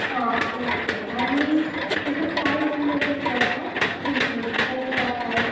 हां ओके आनी ताचें प्रायस बीन अशें कितें आसा रिजनेबल प्रायस आसा कांय